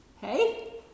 Hey